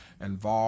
involved